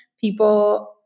people